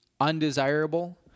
undesirable